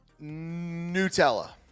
Nutella